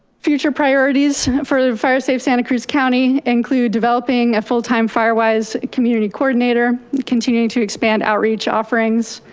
future priorities for the firesafe santa cruz county include developing a full-time firewise community coordinator. continuing to expand outreach offerings.